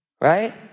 Right